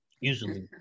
usually